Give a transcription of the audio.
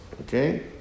okay